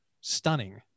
stunning